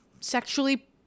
sexually